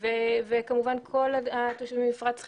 וכמובן כל התושבים במפרץ חיפה.